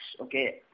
okay